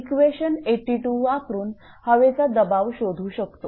equation 82 वापरून हवेचा दबाव शोधू शकतो